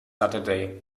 saturday